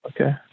Okay